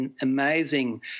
amazing